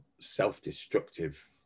self-destructive